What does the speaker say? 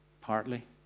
partly